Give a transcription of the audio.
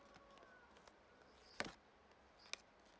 ya